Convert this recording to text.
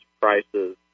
prices